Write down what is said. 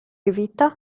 evita